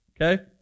Okay